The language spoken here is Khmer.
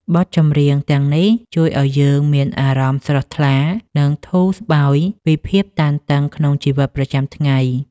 បទចម្រៀងទាំងនេះជួយឱ្យយើងមានអារម្មណ៍ស្រស់ថ្លា និងធូរស្បើយពីភាពតានតឹងក្នុងជីវិតប្រចាំថ្ងៃ។